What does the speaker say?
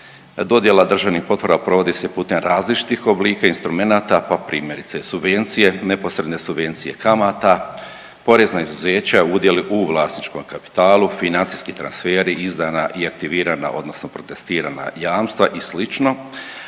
Dodjela državnih potpora provodi se putem različitih oblika i instrumenata, pa primjerice subvencije, neposredne subvencije kamata, porez na izuzeća, udjel u vlasničkom kapitalu, financijski transferi, izdana i aktivirana odnosno protestirana jamstva i